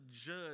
judge